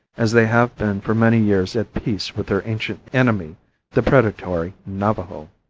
as they have been for many years at peace with their ancient enemy the predatory navajo.